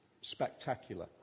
spectacular